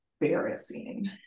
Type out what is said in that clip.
embarrassing